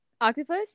octopus